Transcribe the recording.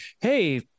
hey